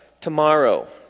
tomorrow